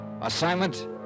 Assignment